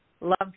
love